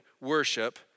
worship